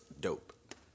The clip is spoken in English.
dope